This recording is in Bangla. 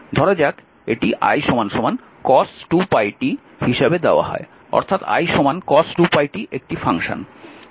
ধরা যাক এটি i cos2πt হিসাবে দেওয়া হয় অর্থাৎ i cos2πt একটি ফাংশন